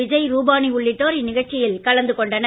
விஜய் ரூபானி உள்ளிட்டோர் இந்நிகழ்ச்சியில் கலந்து கொண்டனர்